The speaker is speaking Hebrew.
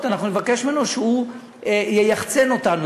אנחנו נבקש ממנו שהוא ייחצן אותנו,